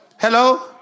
Hello